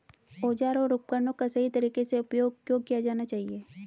औजारों और उपकरणों का सही तरीके से उपयोग क्यों किया जाना चाहिए?